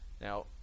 Now